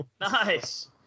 nice